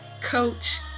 coach